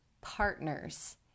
partners